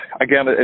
again